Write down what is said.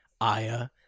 Aya